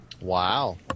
Wow